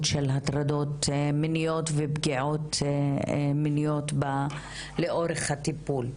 של הטרדות מיניות ופגיעות מיניות לאורך הטיפול.